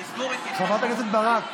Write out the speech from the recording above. חברת הכנסת ברק,